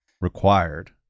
required